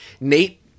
Nate